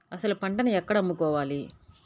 అసలు పంటను ఎక్కడ అమ్ముకోవాలి?